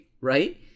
right